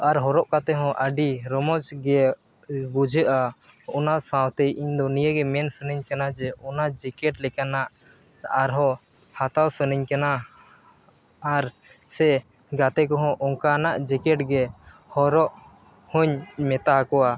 ᱟᱨ ᱦᱚᱨᱚᱜ ᱠᱟᱛᱮᱫ ᱦᱚᱸ ᱟᱹᱰᱤ ᱨᱚᱢᱚᱡᱽ ᱜᱮ ᱵᱩᱡᱷᱟᱹᱜᱼᱟ ᱚᱱᱟ ᱥᱟᱶᱛᱮ ᱤᱧᱫᱚ ᱱᱤᱭᱟᱹᱜᱮ ᱢᱮᱱ ᱥᱟᱱᱟᱧ ᱠᱟᱱᱟ ᱡᱮ ᱚᱱᱟ ᱞᱮᱠᱟᱱᱟᱜ ᱟᱨᱦᱚᱸ ᱦᱟᱛᱟᱣ ᱥᱟᱱᱟᱧ ᱠᱟᱱᱟ ᱟᱨ ᱥᱮ ᱜᱟᱛᱮ ᱠᱚᱦᱚᱸ ᱚᱱᱠᱟᱱᱟᱜ ᱜᱮ ᱦᱚᱨᱚᱜ ᱦᱚᱧ ᱢᱮᱛᱟ ᱟᱠᱚᱣᱟ